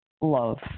love